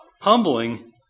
humbling